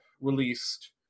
released